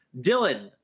Dylan